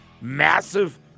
massive